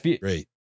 great